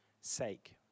sake